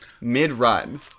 mid-run